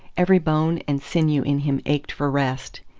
every bone and sinew in him ached for rest.